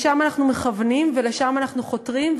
לשם אנחנו מכוונים ולשם אנחנו חותרים,